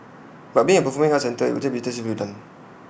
but being A performing arts centre IT will be tastefully done